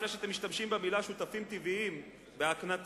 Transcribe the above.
לפני שאתם משתמשים במלים "שותפים טבעיים" בהקנטה,